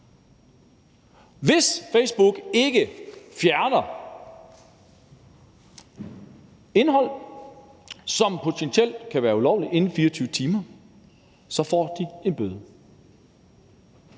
Hvis Facebook ikke fjerner indhold, som potentielt kan være ulovligt, inden 24 timer, så får de en bøde.